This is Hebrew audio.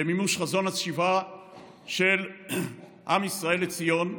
במימוש חזון השיבה של עם ישראל לציון,